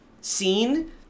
scene